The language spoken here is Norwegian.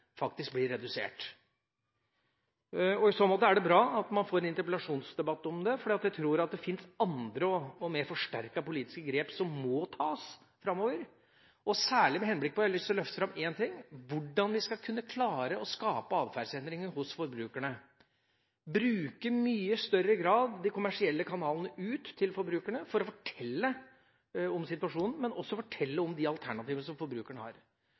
faktisk blir redusert? I så måte er det bra at man får en interpellasjonsdebatt om det, for jeg tror at det finnes andre og mer forsterkede politiske grep som må tas framover, og særlig med henblikk på – og jeg har lyst til å løfte fram én ting – hvordan vi skal kunne klare å skape atferdsendringer hos forbrukerne, i mye større grad bruke de kommersielle kanalene ut til forbrukerne for å fortelle om situasjonen, men også fortelle om de alternativene som forbrukerne har.